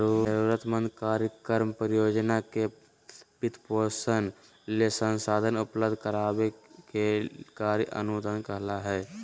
जरूरतमंद कार्यक्रम, परियोजना के वित्तपोषण ले संसाधन उपलब्ध कराबे के कार्य अनुदान कहलावय हय